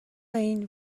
این